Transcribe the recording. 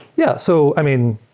yeah. so i mean,